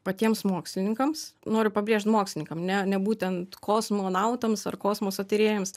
patiems mokslininkams noriu pabrėžt mokslininkam ne ne būtent kosmonautams ar kosmoso tyrėjams